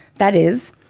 that is,